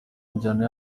njyana